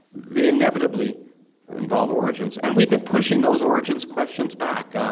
they inevitably involve origins and we've been pushing those origins questions back. um